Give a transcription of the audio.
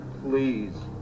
please